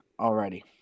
Alrighty